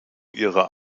ihrer